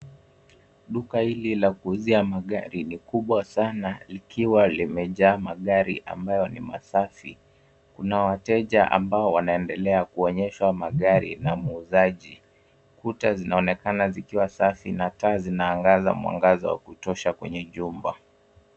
Duka hili la kuuzia magari ni kubwa sana likiwa limejaa magari ambayo ni masafi. Kuna wateja ambao wanaendelea kuonyeshwa magari na muuzaji. Kuta zinaonekana zikiwa safi na taa zinaangaza mwangaza wa kutosha kwenye jumba.